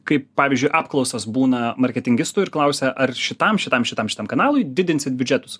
kaip pavyzdžiui apklausos būna marketingistų ir klausia ar šitam šitam šitam šitam kanalui didinsit biudžetus